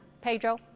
Pedro